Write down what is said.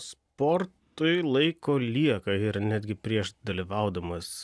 sportui laiko lieka ir netgi prieš dalyvaudamas